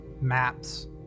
maps